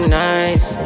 nice